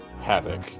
Havoc